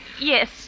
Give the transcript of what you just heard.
Yes